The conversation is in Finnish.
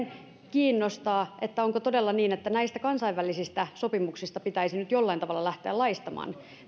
edelleen kiinnostaa että onko todella niin että näistä kansainvälisistä sopimuksista pitäisi nyt jollain tavalla lähteä laistamaan